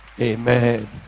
amen